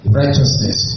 righteousness